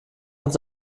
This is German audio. uns